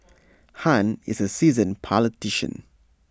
han is A seasoned politician